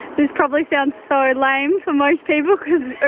this probably sounds so lame for most people, because